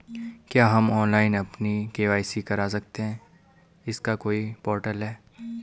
क्या हम ऑनलाइन अपनी के.वाई.सी करा सकते हैं इसका कोई पोर्टल है?